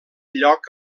lloc